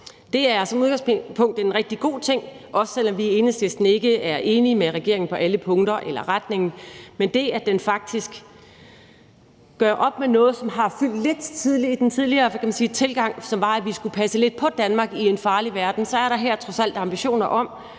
Det er som udgangspunkt en rigtig god ting, også selv om vi i Enhedslisten ikke er enige med regeringen på alle punkter eller i retningen, men vi synes, at den faktisk gør op med noget, som har fyldt lidt i den tidligere tilgang, som var, at vi skulle passe lidt på Danmark i en farlig verden. Her er der trods alt ambitioner om,